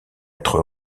être